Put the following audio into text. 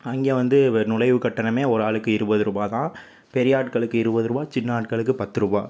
அங்கே வந்து நுழைவுக் கட்டணமே ஒரு ஆளுக்கு இருபதுரூபாய் தான் பெரியாட்களுக்கு இருபது ரூபாய் சின்ன ஆட்களுக்கு பத்து ரூபாய்